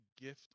gift